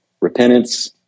repentance